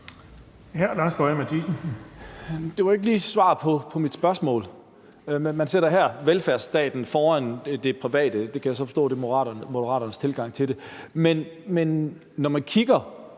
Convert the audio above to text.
Lars Boje Mathiesen (UFG): Det var ikke lige et svar på mit spørgsmål. Men man sætter her velfærdsstaten foran det private. Det kan jeg så forstå er Moderaternes tilgang til det. Men er Moderaterne,